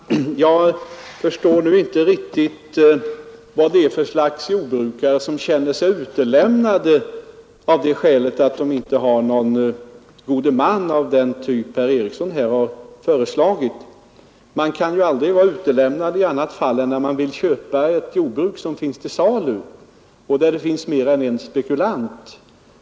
Herr talman! Jag förstår inte riktigt vad det är för jordbrukare som känner sig ”utlämnade” av det skälet att de inte har haft någon god man av den typ som herr Eriksson i Arvika här har föreslagit. Man kan ju aldrig vara utlämnad i annat fall än om man skulle vilja köpa ett jordbruk som är till salu men där det finns mer än en spekulant.